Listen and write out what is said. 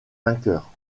vainqueurs